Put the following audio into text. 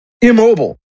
immobile